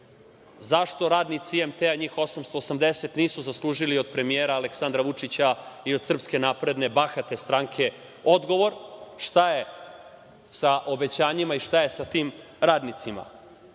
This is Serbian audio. Zašto radnici IMT, njih 880, nisu zaslužili od premijera Aleksandra Vučića i od SNS, bahate stranke, odgovor, šta je sa obećanjima i šta je sa tim radnicima?